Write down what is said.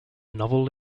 novel